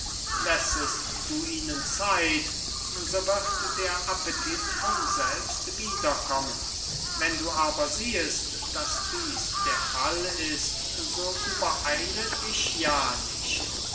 lässest du ihnen zeit so wird der appetit von selbst wiederkommen wenn du aber siehest daß dieß der fall ist so übereile dich ja nicht